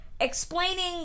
explaining